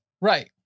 Right